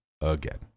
again